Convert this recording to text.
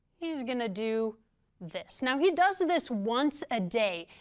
he's gonna do this. now, he does this once a day.